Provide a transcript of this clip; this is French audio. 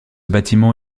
bâtiment